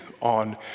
on